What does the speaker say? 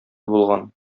булган